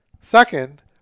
Second